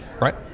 Right